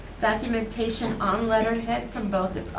documentation on letterhead from both